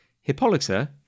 Hippolyta